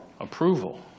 Approval